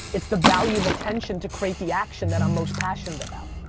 it's the value of attention to create the action that i'm most passionate about.